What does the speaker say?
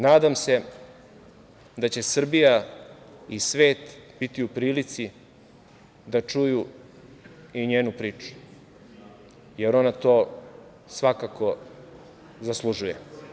Nadam se da će Srbija i svet biti u prilici da čuju i njenu priču, jer ona to svakako zaslužuje.